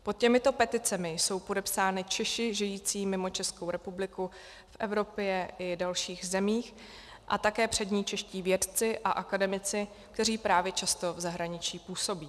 Pod těmito peticemi jsou podepsáni Češi žijící mimo Českou republiku v Evropě i v dalších zemích a také přední čeští vědci a akademici, kteří právě často v zahraničí působí.